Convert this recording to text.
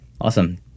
awesome